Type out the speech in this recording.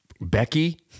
Becky